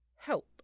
help